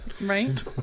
Right